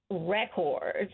records